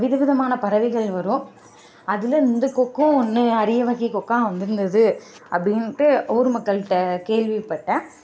விதவிதமான பறவைகள் வரும் அதில் இந்த கொக்கும் ஒன்று அரியவகை கொக்காக வந்துருந்துது அப்படின்ட்டு ஊர் மக்கள்கிட்ட கேள்விபட்டேன்